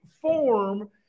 form